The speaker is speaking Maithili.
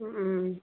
हुँ